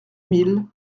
mille